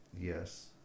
yes